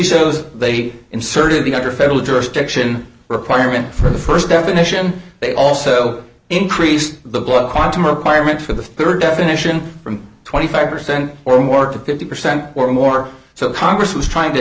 shows they inserted the under federal jurisdiction requirement for the st definition they also increased the blood quantum requirement for the rd definition from twenty five percent or more to fifty percent or more so congress was trying to